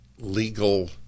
legal